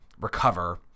recover